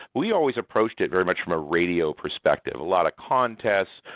we always approached it very much from a radio prospective, a lot of contest,